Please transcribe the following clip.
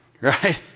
Right